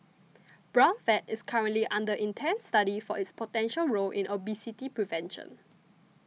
brown fat is currently under intense study for its potential role in obesity prevention